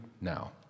now